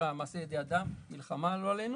מעשה ידי אדם, מלחמה לא עלינו.